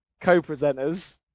co-presenters